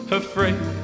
afraid